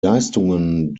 leistungen